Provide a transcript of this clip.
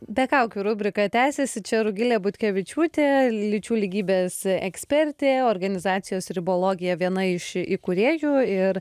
be kaukių rubrika tęsiasi čia rugilė butkevičiūtė lyčių lygybės ekspertė organizacijos ribologija viena iš įkūrėjų ir